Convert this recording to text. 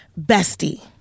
bestie